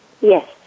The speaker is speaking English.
Yes